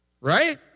Right